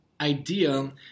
idea